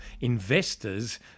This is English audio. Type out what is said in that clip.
investors